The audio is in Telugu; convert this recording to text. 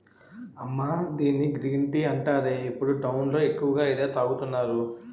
అమ్మా దీన్ని గ్రీన్ టీ అంటారే, ఇప్పుడు టౌన్ లో ఎక్కువగా ఇదే తాగుతున్నారు